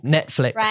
Netflix